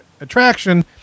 attraction